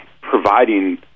providing